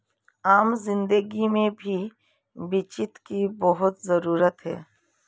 आम जिन्दगी में भी वित्त की बहुत जरूरत है